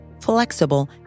flexible